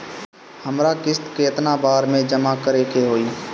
हमरा किस्त केतना बार में जमा करे के होई?